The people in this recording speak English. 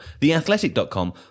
Theathletic.com